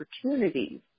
opportunities